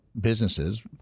businesses